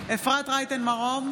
אפרת רייטן מרום,